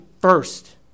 first